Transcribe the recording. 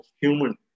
human